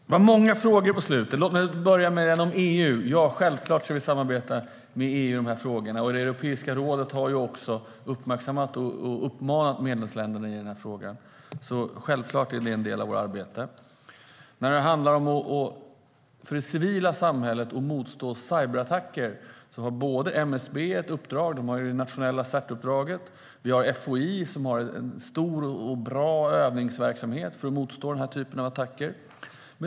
Det var många frågor på slutet; låt mig börja med den om EU. Självklart ska vi samarbeta med EU i de här frågorna. Europeiska rådet har också uppmärksammat medlemsländerna på den här frågan och uppmanat dem att titta på den. Det är alltså självklart en del av vårt arbete. När det handlar om det civila samhällets förmåga att motstå cyberattacker har MSB ett uppdrag, nämligen det nationella CERT-uppdraget. FOI har en stor och bra övningsverksamhet när det gäller att motstå den här typen av attacker.